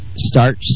start